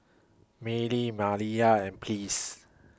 Mylie Maliyah and Pleas